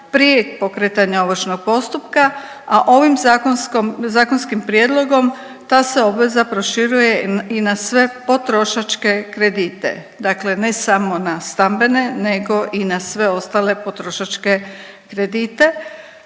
prije pokretanja ovršnog postupka, a ovim zakonskim prijedlogom ta se obveza proširuje i na sve potrošačke kredite, dakle ne samo na stambene nego i na sve ostale potrošačke kredite